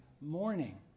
morning